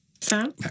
Sam